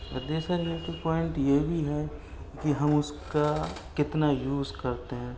اور دوسرا negative point یہ بھی ہے کہ ہم اس کا کتنا یوز کرتے ہیں